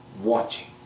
watching